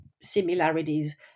similarities